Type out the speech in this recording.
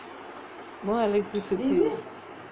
no electricity